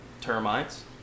termites